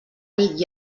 nit